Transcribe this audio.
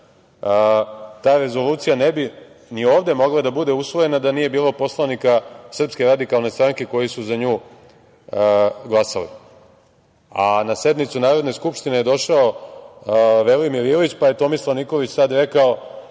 ta rezolucija ne bi ni ovde mogla da bude usvojena da nije bilo poslanika SRS koji su za nju glasali, a na sednicu Narodne skupštine je došao Velimir Ilić, pa je Tomislav Nikolić tada rekao